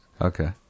Okay